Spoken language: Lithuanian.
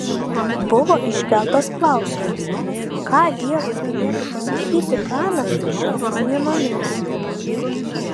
buvo iškeltas klausimas ką dievas galėtų pasakyti pranašui šiomis dienomis